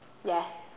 yes